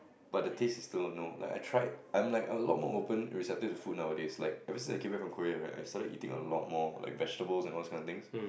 but the taste is still no like I tried I'm like a lot more open and receptive to food nowadays like ever since I came back from Korea right I started eating a lot more like vegetables and all those kind of things